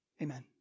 Amen